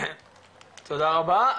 תודה רבה.